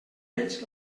ells